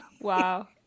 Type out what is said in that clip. wow